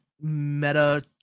meta